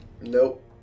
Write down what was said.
Nope